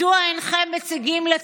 הם לא מצליחים לראות